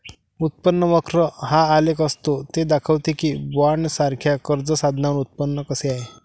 उत्पन्न वक्र हा आलेख असतो ते दाखवते की बॉण्ड्ससारख्या कर्ज साधनांवर उत्पन्न कसे आहे